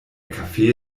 kaffee